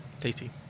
tasty